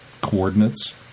coordinates